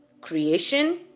creation